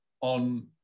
on